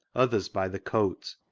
others by the coat.